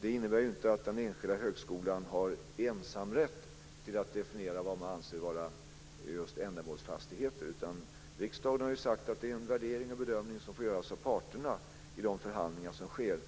Det innebär inte att den enskilda högskolan har ensamrätt till att definiera vad man anser vara ändamålsfastigheter. Riksdagen har sagt att det är en värdering och bedömning som får göras av parterna i de förhandlingar som sker.